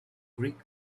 greek